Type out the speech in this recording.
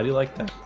like that?